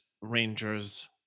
Rangers